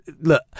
look